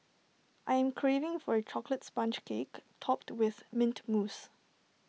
I am craving for A Chocolate Sponge Cake Topped with Mint Mousse